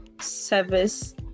service